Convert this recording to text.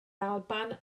alban